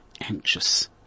anxious